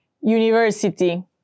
University